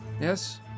Yes